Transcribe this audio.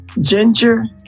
ginger